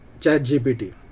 ChatGPT